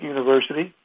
University